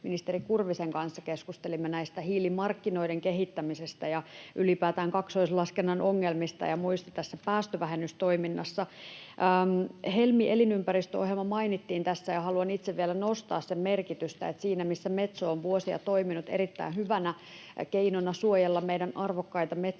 ministeri Kurvisen kanssa keskustelimme hiilimarkkinoiden kehittämisestä ja ylipäätään kaksoislaskennan ongelmista ja muista päästövähennystoiminnassa. Helmi-elinympäristöohjelma mainittiin tässä, ja haluan itse vielä nostaa sen merkitystä, että siinä missä Metso on vuosia toiminut erittäin hyvänä keinona suojella meidän arvokkaita metsäkohteitamme,